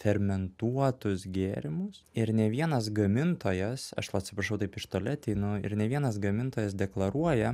fermentuotus gėrimus ir ne vienas gamintojas aš labai atsiprašau taip iš toli ateinu ir ne vienas gamintojas deklaruoja